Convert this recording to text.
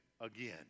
again